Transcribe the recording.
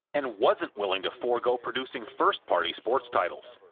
and wasn't willing to forgo producing first-party sports titles.